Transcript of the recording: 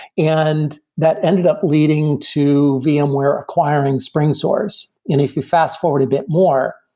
and that ended up leading to vmware acquiring springsource. if you fast-forward a bit more,